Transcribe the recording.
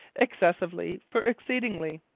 excessively for exceedingly.